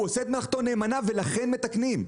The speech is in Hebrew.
להיפך, הוא עושה את מלאכתו נאמנה ולכן מתקנים.